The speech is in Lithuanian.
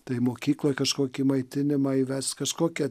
tai mokykloj kažkokį maitinimą įvest kažkokią